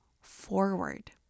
forward